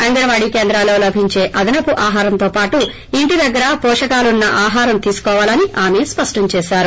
అంగన్నాడీ కేంద్రాల్లో లభించే అదనపు ఆహారంతోపాటు ఇంటి దగ్గర పోషకాలున్న ఆహారం తీసుకోవాలని ఆమె స్పష్టం చేశారు